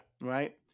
Right